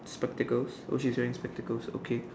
spectacles oh she's wearing spectacles okay